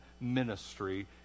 ministry